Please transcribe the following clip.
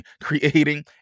creating